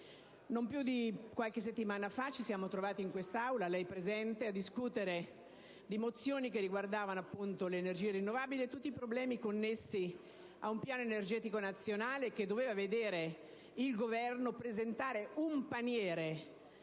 Non più di qualche settimana fa ci siamo trovati in questa Aula - lei presente - a discutere di mozioni che riguardavano appunto le energie rinnovabili e tutti i problemi connessi ad un piano energetico nazionale che doveva vedere il Governo presentare un paniere